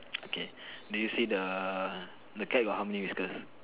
okay do you see the cat got how many whiskers